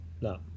no